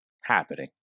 happening